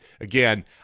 again